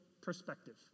perspective